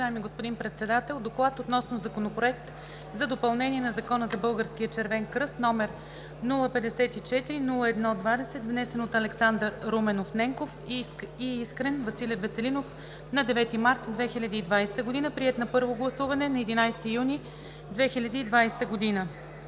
Уважаеми господин Председател! „Доклад относно Законопроект за допълнение на Закона за Българския Червен кръст, № 054-01-20, внесен от Александър Руменов Ненков и Искрен Василев Веселинов на 9 март 2020 г., приет на първо гласуване на 11 юни 2020 г.